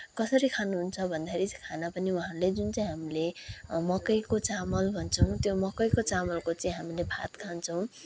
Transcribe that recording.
कसरी खानुहुन्छ भन्दाखेरि चाहिँ खाना पनि उहाँहरूले जुन चाहिँ हामीले मकैको चामल भन्छौँ त्यो मकैको चामलको चाहिँ हामीले भात खान्छौँ